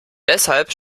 deshalb